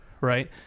Right